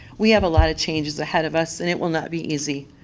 we have a lot of changes ahead of us and it will not be easy,